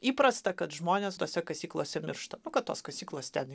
įprasta kad žmonės tose kasyklose miršta nu kad tos kasyklos ten